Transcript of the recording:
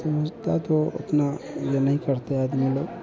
समझता तो अपना यह नहीं करते आदमी लोग